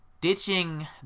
ditching